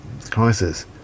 crisis